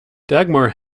dagmar